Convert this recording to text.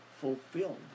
fulfilled